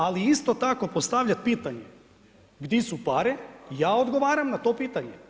Ali isto tako postavljati pitanje „Gdje su pare?“ ja odgovaram na to pitanje.